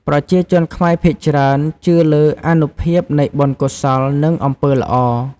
ប្រជាជនខ្មែរភាគច្រើនជឿលើអានុភាពនៃបុណ្យកុសល និងអំពើល្អ។